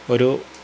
ഒരു